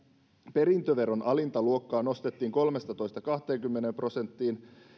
perintöveron alinta luokkaa nostettiin kolmestatoista kahteenkymmeneen prosenttiin